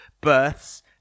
births